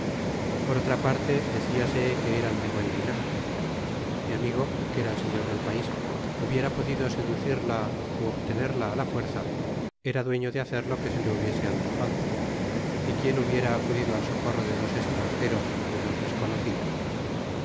por otra parte deciase que eran de buen linaje mi amigo que era et señor del pais hubiera podido educirla ú obtenerla a la fuerza era dueño de hacer lo que le hubiese antojado y quién hubiera acudido al socorro de dos estranjeros de dos desconocidos